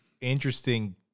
interesting